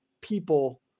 people